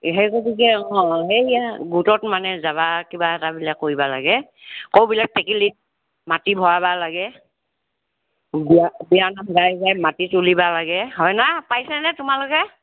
সেইগতিকে অ সেইয়া গোটত মানে যাব কিবা এটা বোলে কৰিব লাগে ক'ৰ বোলে টেকেলিত মাটি ভৰাব লাগে বিয়া নাম গাই গাই মাটি তুলিবা লাগে হয় ন' পাইছানে তোমালোকে